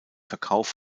verkauf